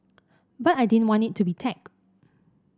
but I didn't want it to be tag